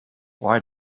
why